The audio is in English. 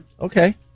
Okay